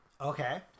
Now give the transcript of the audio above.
Okay